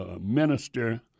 minister